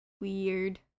Weird